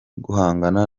guhangana